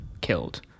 killed